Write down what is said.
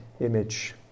image